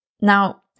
Now